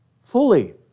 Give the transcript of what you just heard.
fully